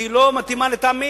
כי היא לא מתאימה לטעמי.